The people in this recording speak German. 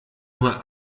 nur